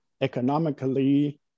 economically